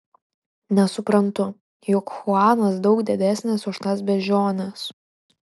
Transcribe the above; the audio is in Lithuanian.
nesuprantu juk chuanas daug didesnis už tas beždžiones